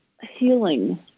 healing